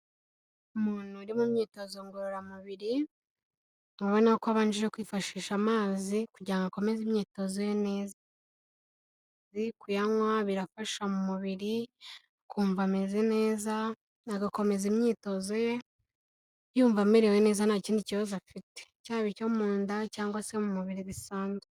Umuntu uri mu myitozo ngororamubiri, ubona ko abanjije kwifashisha amazi, kugira ngo akomeze imyitozo ye neza, kuyanywa birafasha mu mubiri, ukumva ameze neza, agakomeza imyitozo ye, yumva amerewe neza nta kindi kibazo afite, cyaba icyo mu nda, cyangwa se mu mubiri bisanzwe.